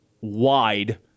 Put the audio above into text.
wide